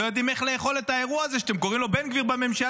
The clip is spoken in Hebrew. לא יודעים איך לאכול את האירוע הזה שאתם קוראים לו "בן גביר בממשלה",